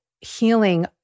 healing